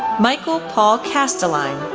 michael paul castelein